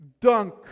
dunk